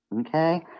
Okay